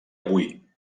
avui